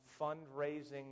fundraising